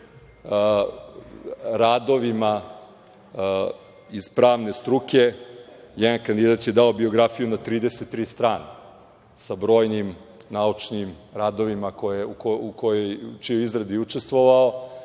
radovima iz pravne struke. Jedan kandidat je dao biografiju na 33 strane, sa brojnim naučnim radovima u čijoj izradi je učestvovao.